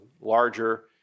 larger